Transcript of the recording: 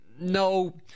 no